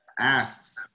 asks